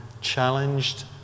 challenged